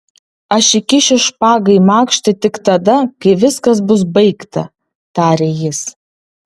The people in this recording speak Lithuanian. aš įkišiu špagą į makštį tik tada kai viskas bus baigta tarė jis